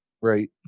Right